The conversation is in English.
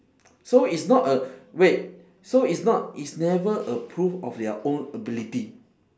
so it's not a wait so it's not it's never a proof of their own ability